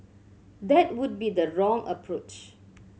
that would be the wrong approach